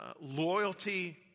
loyalty